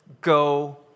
go